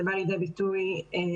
זה בא לידי ביטוי בפעולות.